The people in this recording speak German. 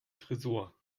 tresor